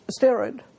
steroid